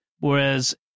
whereas